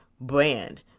brand